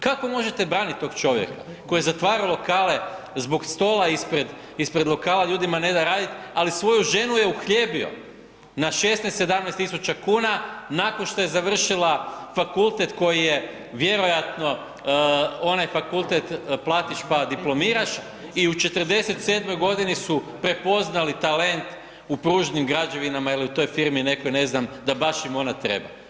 Kako možete braniti tog čovjeka koji zatvara lokale zbog stola ispred lokala ljudima ne da raditi, ali svoju ženu je uhljebio, na 16-17.000 kuna nakon što je završila fakultet koji je vjerojatno onaj fakultet platiš pa diplomiraš i u 47 godini su prepoznali talent u pružnim građevinama ili u toj firmi nekoj ne znam da baš im ona treba.